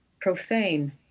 profane